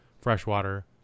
freshwater